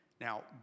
Now